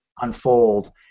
unfold